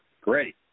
great